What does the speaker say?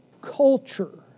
culture